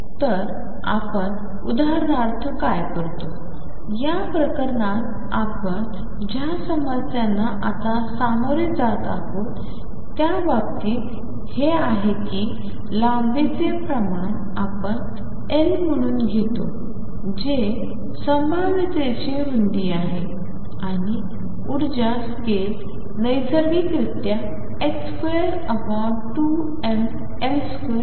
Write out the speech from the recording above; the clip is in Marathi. तर आपण उदाहरणार्थ काय करतो या प्रकरणात आपण ज्या समस्यांना आत्ता सामोरे जात आहोत त्या बाबतीत हे आहे की लांबीचे प्रमाण आपण L म्हणून घेतो जे संभाव्यतेची रुंदी आहे आणि ऊर्जा स्केल नैसर्गिकरित्या2mL2